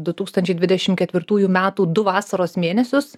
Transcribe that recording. du tūkstančiai dvidešim ketvirtųjų metų du vasaros mėnesius